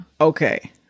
okay